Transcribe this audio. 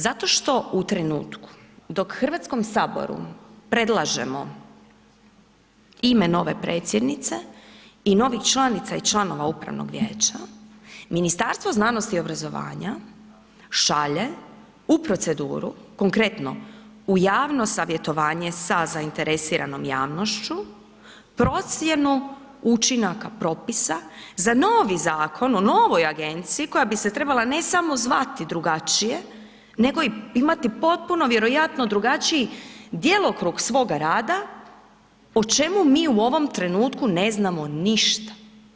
Zato što u trenutku dok Hrvatskom saboru predlažemo ime nove predsjednice i novih članica i članova upravnog vijeća, Ministarstvo znanosti i obrazovanja šalje u proceduru konkretno, u javno savjetovanje sa zainteresiranom javnošću, procjenu učinaka propisa za novi zakon o novoj agenciji koja bi se trebala ne samo zvati drugačije nego imati i potpuno vjerojatno drugačiji djelokrug svog rada o čemu mi u ovom trenutku ne znamo ništa.